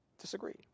Disagree